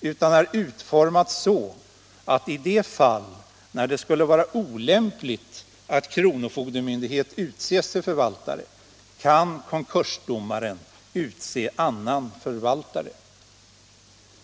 utan är utformad så att i de fall då det skulle vara olämpligt att kronofogdemyndighet utses till förvaltare kan konkursdomaren utse annan förvaltare.